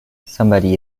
somebody